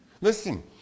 Listen